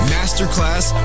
Masterclass